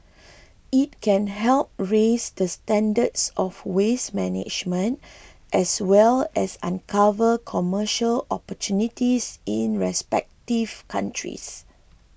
it can help raise the standards of waste management as well as uncover commercial opportunities in the respective countries